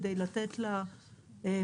כדי לתת למפוקחים,